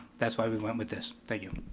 that's why we went with this. thank you.